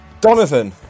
Donovan